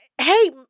Hey